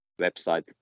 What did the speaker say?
website